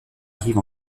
arrive